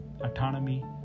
autonomy